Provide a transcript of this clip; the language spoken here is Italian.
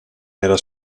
era